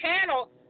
channel